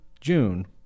June